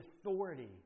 authority